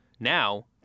Now